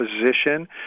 position